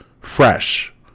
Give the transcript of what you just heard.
fresh